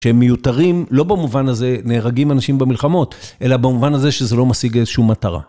שהם מיותרים, לא במובן הזה נהרגים אנשים במלחמות, אלא במובן הזה שזה לא משיג איזשהו מטרה.